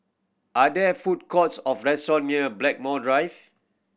are there food courts of restaurant near Blackmore Drive